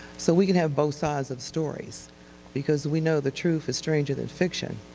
so we can have both sides of stories because we know the truth is stranger than fiction.